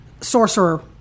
sorcerer